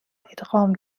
ادغام